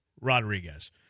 Rodriguez